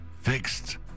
fixed